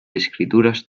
escrituras